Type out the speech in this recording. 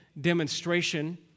demonstration